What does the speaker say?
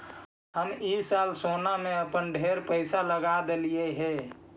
हम ई साल सोने में अपन ढेर पईसा लगा देलिअई हे